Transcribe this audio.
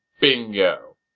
bingo